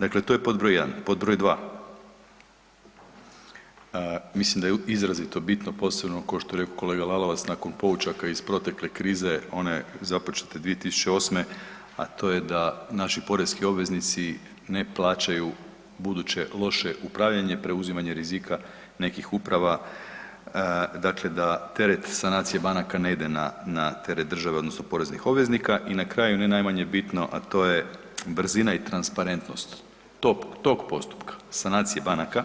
Dakle, to je pod br. 1. Pod br. 2. Mislim da je izrazito bitno, posebno, kao što je rekao kolega Lalovac, nakon poučaka iz protekle krize, one započete 2008., a to je da naši poreski obveznici ne plaćaju buduće loše upravljanje, preuzimanje rizika nekih uprava, dakle da tereti sanacije banaka ne ide na teret države, odnosno poreznih obveznika i na kraju, ne najmanje bitno, a to je brzina i transparentnost, tog postupka, sanacije banaka